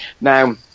Now